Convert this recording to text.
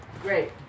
Great